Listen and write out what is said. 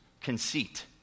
conceit